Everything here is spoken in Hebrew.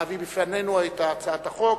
להביא בפנינו את הצעת החוק.